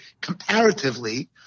Comparatively